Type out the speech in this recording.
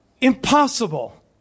impossible